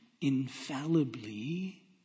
infallibly